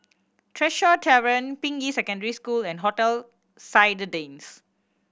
Tresor Tavern Ping Yi Secondary School and Hotel Citadines